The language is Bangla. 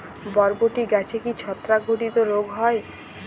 বরবটি গাছে কি ছত্রাক ঘটিত রোগ হয়?